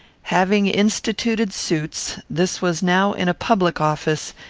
having instituted suits, this was now in a public office,